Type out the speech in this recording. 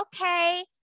Okay